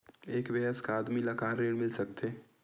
एक वयस्क आदमी ल का ऋण मिल सकथे?